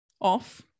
off